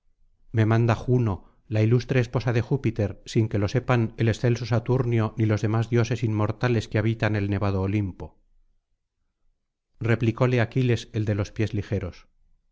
me manda juno la ilustre esposa de júpiter sin que lo sepan el excelso saturnio ni los demás ioses inmortales que habitan el nevado olimpo replicóle aquiles el de los pies ligeros